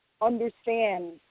understand